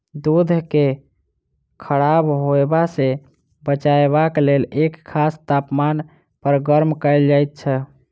दूध के खराब होयबा सॅ बचयबाक लेल एक खास तापमान पर गर्म कयल जाइत छै